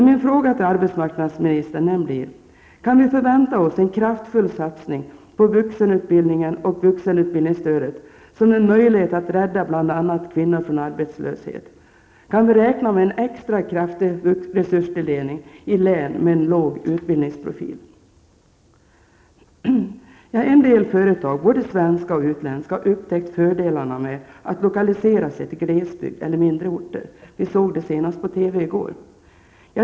Min fråga till arbetsmarknadsministern blir: Kan vi förvänta oss en kraftfull satsning på vuxenutbildningen och vuxenutbildningsstödet som en möjlighet att rädda bl.a. kvinnor från arbetslöshet? Kan vi räkna med en extra kraftig resurstilldelning i län med låg utbildningsprofil? En del företag, både svenska och utländska, har upptäckt fördelarna med att lokalisera sig till glesbygd eller mindre orter. Vi såg ett exempel på detta senast i går på TV.